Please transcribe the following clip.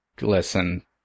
listen